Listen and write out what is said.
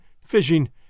fishing